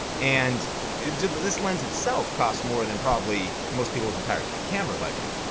and this lens itself cost more than probably most people's entire camera budget.